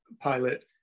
pilot